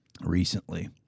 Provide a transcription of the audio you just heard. Recently